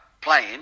playing